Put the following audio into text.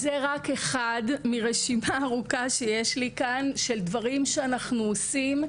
זה רק אחד מרשימה ארוכה שיש לי של דברים שאנחנו עושים,